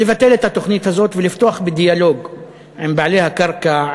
לבטל את התוכנית הזאת ולפתוח בדיאלוג עם בעלי הקרקע,